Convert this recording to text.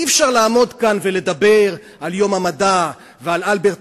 אי-אפשר לעמוד כאן ולדבר על יום המדע ועל אלברט